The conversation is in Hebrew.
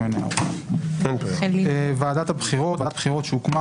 "ועדת הבחירות" ועדת בחירות שהוקמה